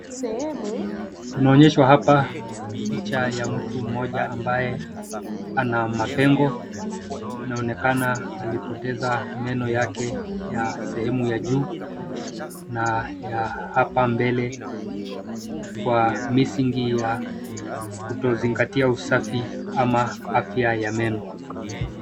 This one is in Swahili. Tunaonyeshwa hapa picha ya mtu mmoja ambaye ana mapengo. Inaonekana alipoteza meno yake ya sehemu ya juu, na ya hapa mbele, kwa misingi ya kutozingatia usafi ama afya ya meno.